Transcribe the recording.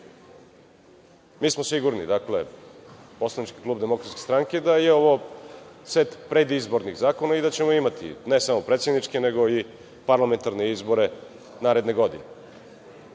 mi smo sigurni, dakle, poslanički klub DS, da je ovo set predizbornih zakona i da ćemo imati ne samo predsedničke, nego i parlamentarne izbore naredne godine,